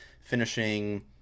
finishing